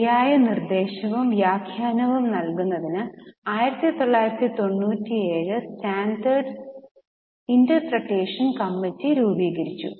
ശരിയായ നിർദ്ദേശവും വ്യാഖ്യാനവും നൽകുന്നതിന് 1997 സ്റ്റാൻഡേർഡ് ഇന്റർപ്രെട്ടേഷൻ കമ്മിറ്റി രൂപീകരിച്ചു